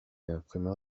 imprimeur